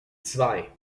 zwei